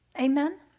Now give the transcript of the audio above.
Amen